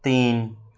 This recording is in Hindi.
तीन